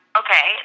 okay